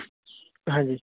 ਹਾਂਜੀ